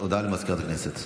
הודעה לסגנית מזכיר הכנסת.